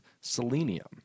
Selenium